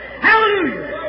Hallelujah